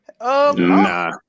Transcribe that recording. Nah